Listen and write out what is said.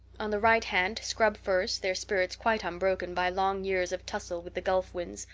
on the right hand, scrub firs, their spirits quite unbroken by long years of tussle with the gulf winds,